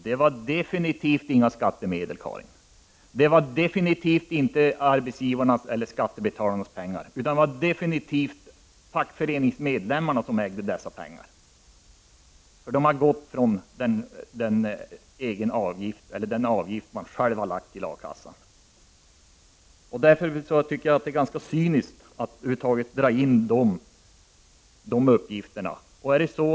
Det var definitivt inga skattemedel, Karin Falkmer. Det var definitivt inte arbetsgivarnas eller skattebetalarnas pengar. Det var fackföreningsmedlemmarna som ägde dessa pengar. Det kom från den avgift som medlemmarna själva betalat till A-kassan. Därför tycker jag att det är cyniskt att dra in de uppgifterna i detta.